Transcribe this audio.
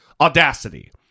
audacity